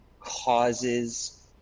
causes